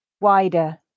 Wider